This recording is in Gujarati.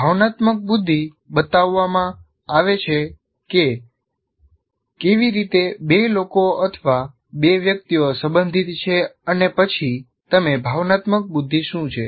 ભાવનાત્મક બુદ્ધિ બતાવવામાં આવે છે કે કેવી રીતે બે લોકો અથવા બે વ્યક્તિઓ સંબંધિત છે અને પછી તમે ભાવનાત્મક બુદ્ધિ શું છે